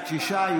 בעד, שישה.